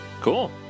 Cool